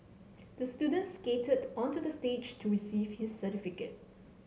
the student skated onto the stage to receive his certificate